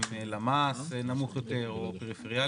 עם למ"ס נמוך יותר או פריפריאליות?